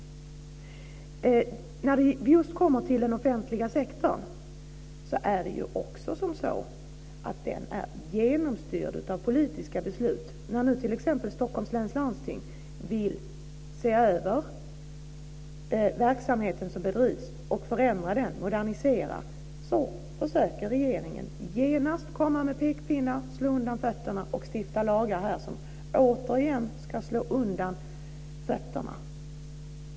Den offentliga sektorn är genomstyrd av politiska beslut. När nu t.ex. Stockholms läns landsting vill se över verksamheten som bedrivs och förändra och modernisera den försöker regeringen genast komma med pekpinnar och stifta lagar som återigen ska slå undan fötterna.